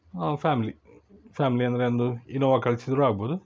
ಹಾಂ family family ಅಂದರೆ ಒಂದು ಇನ್ನೋವಾ ಕಳ್ಸಿದ್ರೂ ಆಗ್ಬೌದು